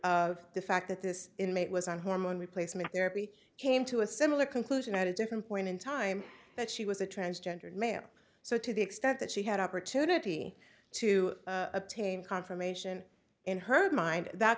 of the fact that this inmate was on hormone replacement therapy came to a similar conclusion at a different point in time that she was a transgendered male so to the extent that she had opportunity to obtain confirmation in her mind that